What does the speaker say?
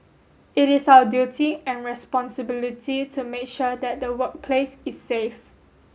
it is our duty and responsibility to make sure that the workplace is safe